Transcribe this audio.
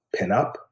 pinup